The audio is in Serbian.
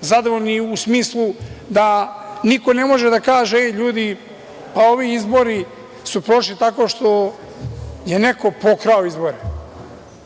zadovoljni u smislu da niko ne može da kaže – e, ljudi ovi izbori su prošli tako što je neko pokrao izbore.